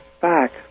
back